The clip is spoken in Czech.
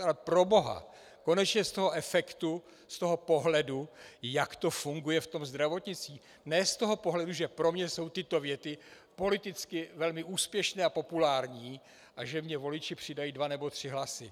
Ale proboha, konečně z toho pohledu, jak to funguje v tom zdravotnictví, ne z toho pohledu, že pro mě jsou tyto věty politicky velmi úspěšné a populární a že mě voliči přidají dva nebo tři hlasy.